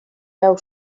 veu